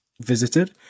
visited